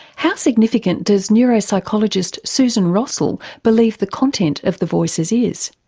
how significant does neuropsychologist susan rossell believe the content of the voices is?